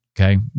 Okay